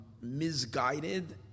misguided